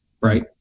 right